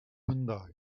window